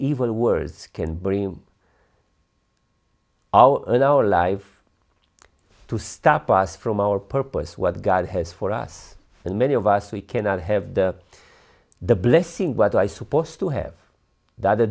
evil words can bring him out in our life to stop us from our purpose what god has for us and many of us we cannot have the the blessing what i supposed to have that the